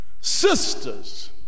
Sisters